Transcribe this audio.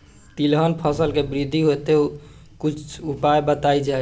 तिलहन फसल के वृद्धी हेतु कुछ उपाय बताई जाई?